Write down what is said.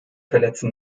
verletzen